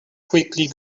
quickly